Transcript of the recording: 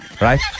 Right